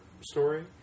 story